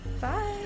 bye